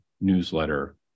newsletter